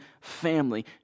family